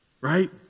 Right